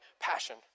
passion